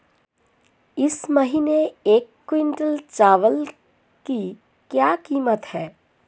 इस महीने एक क्विंटल चावल की क्या कीमत है?